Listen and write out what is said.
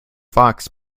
fox